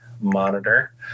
monitor